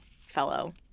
fellow